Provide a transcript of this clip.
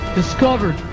discovered